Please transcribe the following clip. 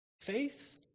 Faith